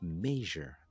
measure